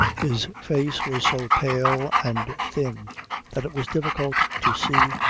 his face was so pale and thin that it was difficult to see,